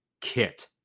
kit